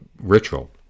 ritual